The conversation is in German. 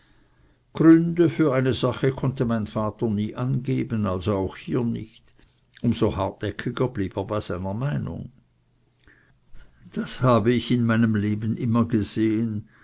gründe für eine sache konnte mein vater nie angeben also auch hier nicht um so hartnäckiger blieb er bei seiner meinung das habe ich in meinem leben immer gesehen